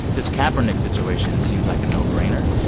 this kaepernick situation seems like a no-brainer.